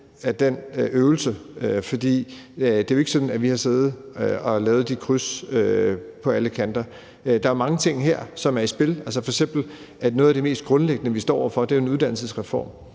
den øvelse lidt, for det er jo ikke sådan, at vi har siddet og lavet de kryds på alle ledder og kanter. Der er mange ting her, som er i spil. F.eks. er noget af det mest grundlæggende, vi står over for, jo en uddannelsesreform,